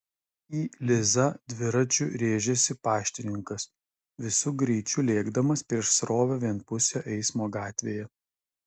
į lizą dviračiu rėžėsi paštininkas visu greičiu lėkdamas prieš srovę vienpusio eismo gatvėje